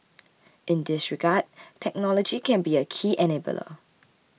in this regard technology can be a key enabler